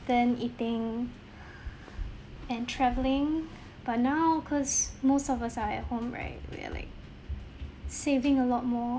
eating and travelling but now cause most of us are at home right we are like saving a lot more